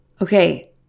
Okay